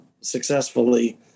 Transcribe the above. successfully